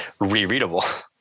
rereadable